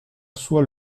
soit